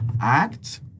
act